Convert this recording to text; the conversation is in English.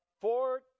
Four